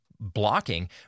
blocking